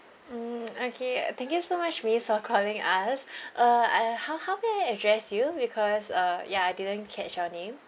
mm okay thank you so much miss for calling us uh I how how may I address you because uh ya I didn't catch your name